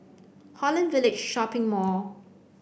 Holland Village Shopping Mall